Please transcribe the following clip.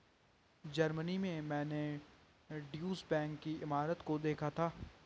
Germany में मैंने Deutsche Bank की इमारत को देखा था